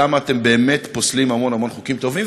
למה אתם באמת פוסלים המון המון חוקים טובים?